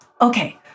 Okay